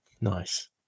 Nice